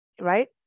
right